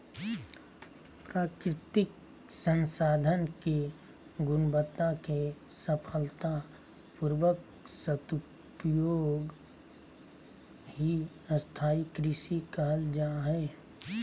प्राकृतिक संसाधन के गुणवत्ता के सफलता पूर्वक सदुपयोग ही स्थाई कृषि कहल जा हई